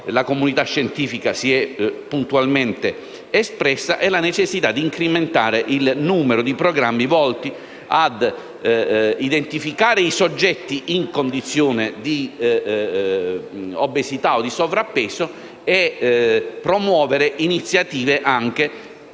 la comunità scientifica si è puntualmente espressa, e la necessità di incrementare il numero dei programmi volti a identificare i soggetti in condizione di obesità o di sovrappeso, promuovendo anche